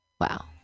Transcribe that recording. Wow